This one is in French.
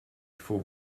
faut